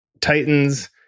titans